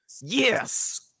yes